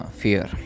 fear